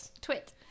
Twit